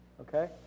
Okay